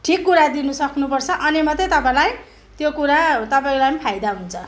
ठिक कुरा दिन सक्नुपर्छ अनि मात्र तपाईँलाई त्यो कुरा हो तपाईँलाई पनि फाइदा हुन्छ